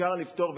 אפשר לפתור,